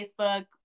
facebook